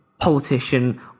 politician